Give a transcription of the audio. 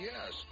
Yes